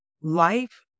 Life